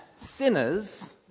sinners